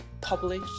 publish